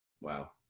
Wow